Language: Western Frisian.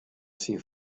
syn